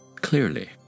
clearly